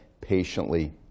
patiently